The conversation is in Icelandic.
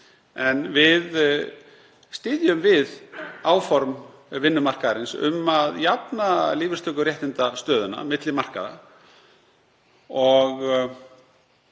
En við styðjum við áform vinnumarkaðarins um að jafna lífeyristökuréttindastöðuna milli markaða.